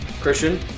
Christian